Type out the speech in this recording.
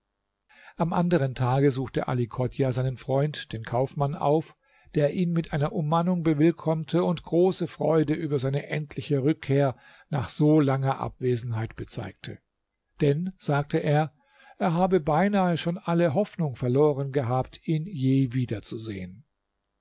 am anderen tage suchte ali chodjah seinen freund den kaufmann auf der ihn mit einer umannung bewillkommte und große freude über seine endliche rückkehr nach so langer abwesenheit bezeigte denn sagte er er habe beinahe schon alle hoffnung verloren gehabt ihn je wieder